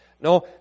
No